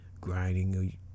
grinding